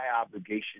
obligation